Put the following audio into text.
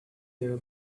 their